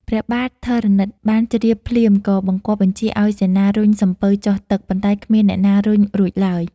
ព្រះបាទធរណិតបានជ្រាបភ្លាម ក៏បង្គាប់បញ្ជាឱ្យសេនារុញសំពៅចុះទឹក ប៉ុន្តែគ្មានអ្នកណារុញរួចឡើយ។